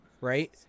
right